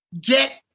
get